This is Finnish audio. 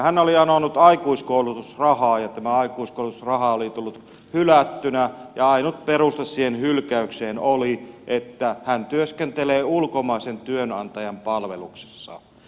hän oli anonut aikuiskoulutusrahaa ja tämä aikuiskoulutusrahapäätös oli tullut hylättynä ja ainut peruste siihen hylkäykseen oli että hän työskentelee ulkomaisen työnantajan palveluksessa